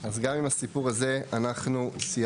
אז גם עם הסיפור הזה אנחנו סיימנו.